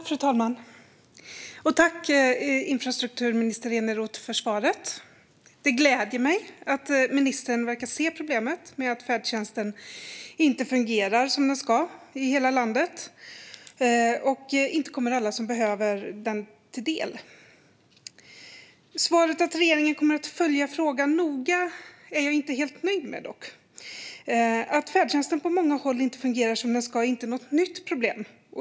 Fru talman! Tack, infrastrukturminister Eneroth, för svaret! Det gläder mig att ministern verkar se problemet med att färdtjänsten inte fungerar som den ska i hela landet och inte kommer alla som behöver den till del. Svaret att regeringen kommer att följa frågan noga är jag dock inte helt nöjd med. Att färdtjänsten på många håll inte fungerar som den ska är inte något nytt problem.